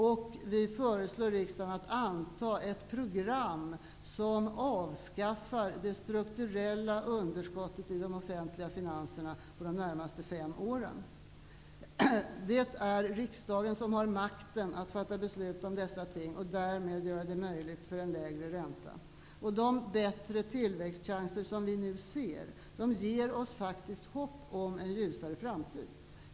Vidare föreslår vi riksdagen att anta ett program som avskaffar det strukturella underskottet i de offentliga finanserna under de närmaste fem åren. Det är riksdagen som har makten att fatta beslut om dessa ting och därmed möjliggöra en lägre ränta. De bättre tillväxtchanser som vi nu ser ger oss faktiskt hopp om en ljusare framtid.